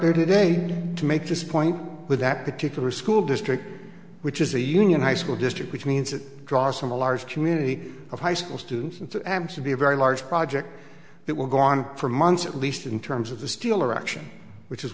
there today to make this point with that particular school district which is a union high school district which means it draws from a large community of high school students and to abseil be a very large project that will go on for months at least in terms of the steeler action which is